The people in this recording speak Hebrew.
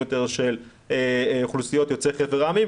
יותר של אוכלוסיות יוצאי חבר העמים,